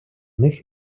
них